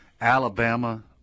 Alabama